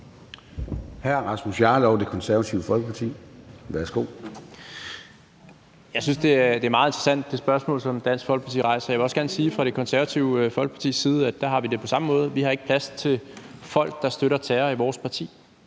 Hr. Rasmus Jarlov, Det Konservative Folkeparti. Værsgo. Kl. 13:23 Rasmus Jarlov (KF): Jeg synes, det spørgsmål, som Dansk Folkeparti rejser, er meget interessant. Jeg vil også gerne sige, at vi fra Det Konservative Folkepartis side har det på samme måde. Vi har ikke plads til folk, der støtter terror, i vores parti.